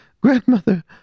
Grandmother